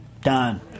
done